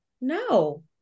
no